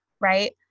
Right